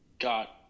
got –